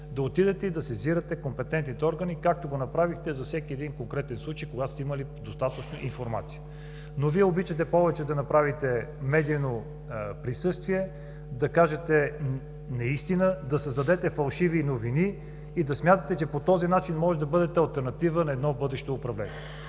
да отидете и да сезирате компетентните органи, както го направихте за всеки един конкретен случай, когато сте имали достатъчно информация. Но Вие обичате повече да направите медийно присъствие, да кажете неистина, да създадете фалшиви новини и да смятате, че по този начин може да бъдете алтернатива на едно бъдещо управление.